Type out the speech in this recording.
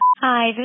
Hi